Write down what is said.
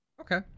Okay